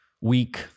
week